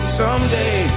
someday